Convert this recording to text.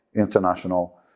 international